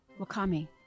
Wakami